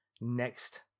next